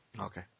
okay